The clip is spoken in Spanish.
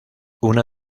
una